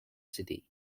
city